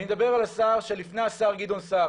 אני מדבר על השר שלפני השר גדעון סער,